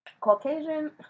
Caucasian